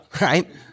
right